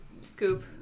Scoop